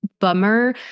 bummer